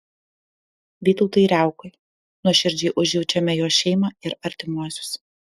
vytautui riaukai nuoširdžiai užjaučiame jo šeimą ir artimuosius